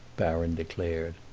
baron declared.